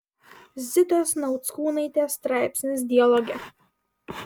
zitos nauckūnaitės straipsnis dialoge